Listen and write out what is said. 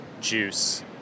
juice